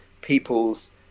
people's